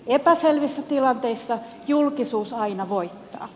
epäselvissä tilanteissa julkisuus aina voittaa